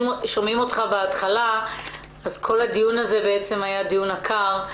אותך בהתחלה אז כל הדיון הזה היה דיון עקר.